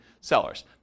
sellers